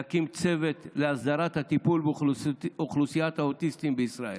להקים צוות להסדרת הטיפול באוכלוסיית האוטיסטים בישראל,